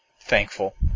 thankful